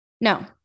No